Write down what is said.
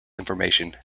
information